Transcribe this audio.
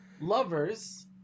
lovers